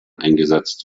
eingesetzt